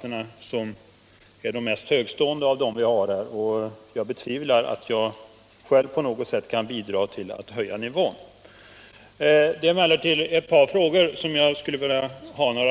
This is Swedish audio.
sällan tillhöra de mest högtstående här i kammaren, och jag betvivlar att jag själv på något sätt kan bidra till att höja nivån. Jag har emellertid några reflexioner i anslutning till ett par frågor.